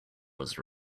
was